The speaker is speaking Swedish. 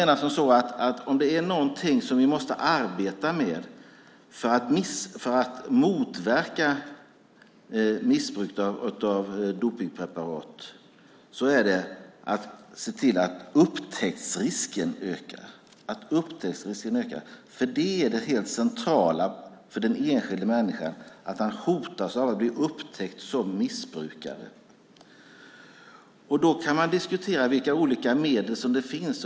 Något som vi måste arbeta med för att motverka missbruk av dopningspreparat är att se till att upptäcktsrisken ökar. Det helt centrala för den enskilda människan är att hotas av att bli upptäckt som missbrukare. Då kan man diskutera vilka olika medel som finns.